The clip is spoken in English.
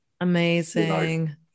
amazing